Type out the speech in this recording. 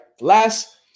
Last